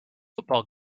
football